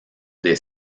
des